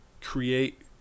create